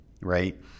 right